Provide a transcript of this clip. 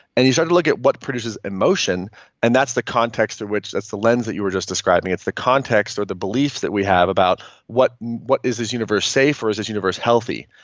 and you start to look at what produces emotion and that's the context in which that's the lens that you were just describing it's the context or the beliefs that we have about what what is this universe safe or is this universe healthy?